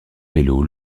vélo